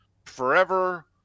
forever